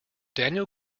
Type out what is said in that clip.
daniel